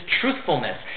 truthfulness